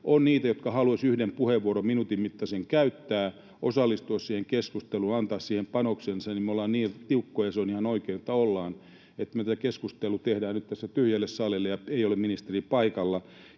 on niitä, jotka haluaisivat yhden minuutin mittaisen puheenvuoron käyttää, osallistua keskusteluun ja antaa siihen panoksensa, niin me ollaan niin tiukkoja, ja se on ihan oikein, että ollaan, että me tätä keskustelua tehdään nyt tässä tyhjälle salille ja ei ole ministeri paikalla.